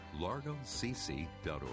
largocc.org